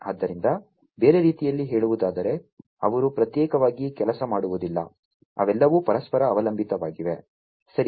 ಆದ್ದರಿಂದ ಬೇರೆ ರೀತಿಯಲ್ಲಿ ಹೇಳುವುದಾದರೆ ಅವರು ಪ್ರತ್ಯೇಕವಾಗಿ ಕೆಲಸ ಮಾಡುವುದಿಲ್ಲ ಅವೆಲ್ಲವೂ ಪರಸ್ಪರ ಅವಲಂಬಿತವಾಗಿವೆ ಸರಿ